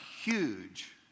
huge